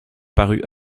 parut